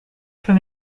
from